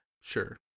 Sure